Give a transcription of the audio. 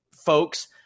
Folks